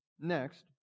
next